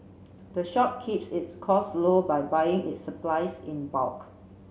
the shop keeps its cost low by buying its supplies in bulk